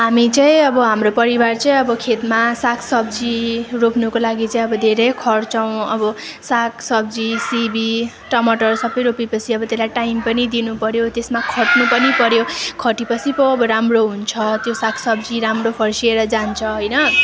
हामी चाहिँ अब हाम्रो परिवार चाहिँ अब खेतमा साग सब्जी रोप्नुको लागि चाहिँ अब धेरै खट्छौँ अब साग सब्जी सिमी टमाटर सबै रोपेपछि अब त्यसलाई टाइम पनि दिनु पऱ्यो त्यसमा खट्नु पनि पऱ्यो खटेपछि पो अब राम्रो हुन्छ त्यो साग सब्जी राम्रो फस्टिएर जान्छ होइन